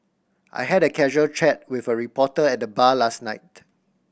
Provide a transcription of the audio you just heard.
I had a casual chat with a reporter at the bar last night